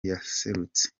yaserutse